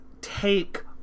take